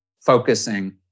focusing